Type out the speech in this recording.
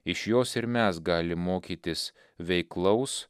iš jos ir mes galim mokytis veiklaus